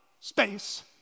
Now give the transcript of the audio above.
space